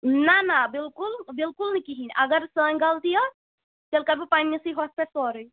نہَ نہَ بالکُل بِلکُل نہٕ کِہیٖنٛۍ اگر سٲنۍ غلطی ٲس تیٚلہِ کَرٕ بہٕ پَنٕنِسٕے ہۄتھ پٮ۪ٹھ سورُے